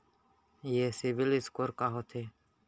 ये CIBIL score का होथे?